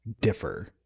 differ